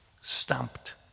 stamped